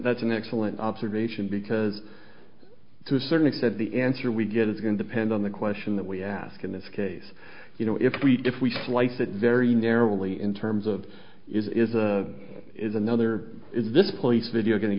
that's an excellent observation because to a certain extent the answer we get is going to depend on the question that we ask in this case you know if we if we slice it very narrowly in terms of is a is another is this police video going to